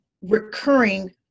recurring